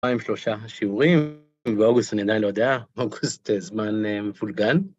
2-3 שיעורים, באוגוסט אני עדיין לא יודע, אוגוסט זמן מבולגן.